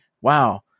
wow